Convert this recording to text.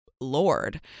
Lord